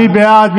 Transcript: מי בעד?